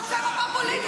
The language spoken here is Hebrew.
זה חוצה רמה פוליטית.